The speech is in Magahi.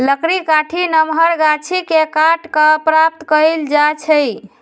लकड़ी काठी नमहर गाछि के काट कऽ प्राप्त कएल जाइ छइ